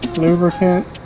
lubricant